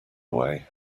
away